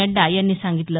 नड्डा यांनी सांगितलं